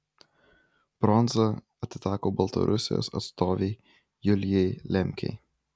bronza atiteko baltarusijos atstovei julijai lemkei